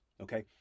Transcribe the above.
Okay